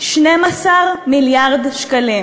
12 מיליארד שקלים.